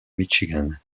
michigan